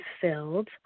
filled